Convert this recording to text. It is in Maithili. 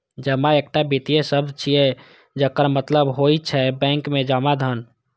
जमा एकटा वित्तीय शब्द छियै, जकर मतलब होइ छै बैंक मे जमा धन